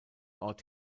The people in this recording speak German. ort